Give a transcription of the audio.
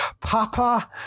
papa